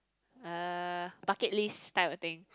uh bucket list type of thing